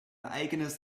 eigenes